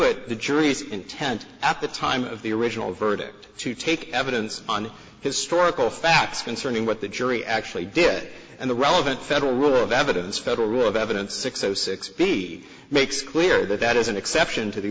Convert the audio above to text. it the jury's intent at the time of the original verdict to take evidence on historical facts concerning what the jury actually did and the relevant federal rule of evidence federal rule of evidence six zero six p makes clear that that is an exception to the